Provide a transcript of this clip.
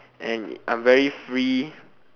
and I'm very free